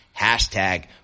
Hashtag